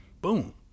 Boom